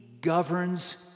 governs